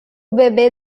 bebê